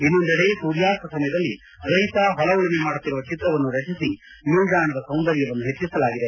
ಇನ್ನೊಂದೆಡೆ ಸೂರ್ಯಾಸ್ತ ಸಮಯದಲ್ಲಿ ರೈತ ಹೊಲ ಉಳುಮೆ ಮಾಡುತ್ತಿರುವ ಚಿತ್ರವನ್ನು ರಚಿಸಿ ನಿಲ್ದಾಣದ ಸೌಂದರ್ಯವನ್ನು ಹೆಚ್ಚಿಸಲಾಗಿದೆ